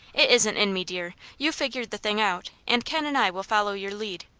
it isn't in me, dear. you figured the thing out, and ken and i will follow your lead.